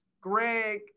Greg